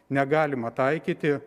negalima taikyti